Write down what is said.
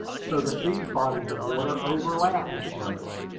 so that these bodies of water overlap each other.